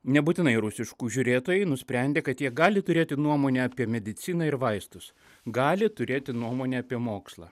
nebūtinai rusiškų žiūrėtojai nusprendė kad jie gali turėti nuomonę apie mediciną ir vaistus gali turėti nuomonę apie mokslą